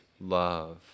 love